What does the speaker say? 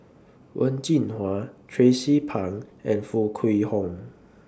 Wen Jinhua Tracie Pang and Foo Kwee Horng